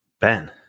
Ben